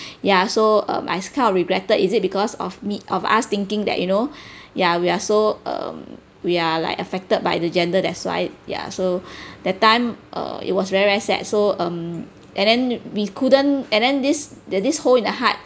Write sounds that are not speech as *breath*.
ya so um I kind of regretted is it because of me of us thinking that you know *breath* ya we are so um we are like affected by the gender that's why ya so *breath* that time err it was very very sad so um and then we couldn't and then this that this hole in the heart